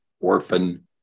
orphan